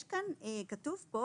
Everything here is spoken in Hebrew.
כתוב כאן,